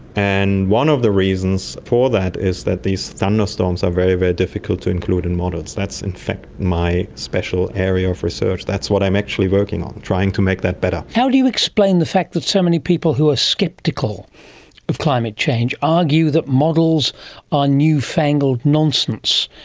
and one of the reasons for that is that these thunderstorms are very, very difficult to include in models. that's in fact my special area of research, that's what i'm actually working on, trying to make that better. how do you explain the fact that so many people who are sceptical of climate change argue that models are new-fangled nonsense,